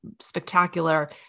spectacular